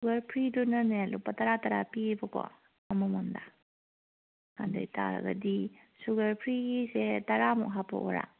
sugar ꯐ꯭ꯔꯤꯗꯨꯅꯅꯦ ꯂꯨꯄꯥ ꯇꯔꯥ ꯇꯔꯥ ꯄꯤꯌꯦꯕꯀꯣ ꯑꯃꯃꯝꯗ ꯑꯗꯨ ꯑꯣꯏꯇꯥꯔꯒꯗꯤ ꯁꯨꯒꯔ ꯐ꯭ꯔꯤꯒꯤꯁꯦ ꯇꯔꯥꯃꯨꯛ ꯍꯥꯞꯄꯛꯑꯣꯔꯥ